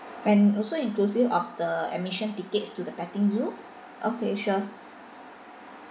and also inclusive of the admission tickets to the petting zoo okay sure